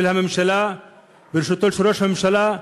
של הממשלה בראשותו של ראש הממשלה,